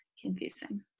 confusing